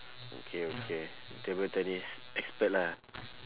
okay okay table tennis expert lah